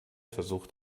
versucht